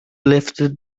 lifted